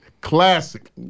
classic